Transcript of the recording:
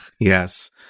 Yes